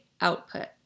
output